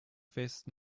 fest